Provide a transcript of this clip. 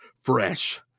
fresh